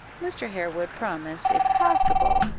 mr. harewood promised, if possible,